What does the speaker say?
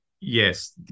Yes